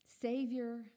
Savior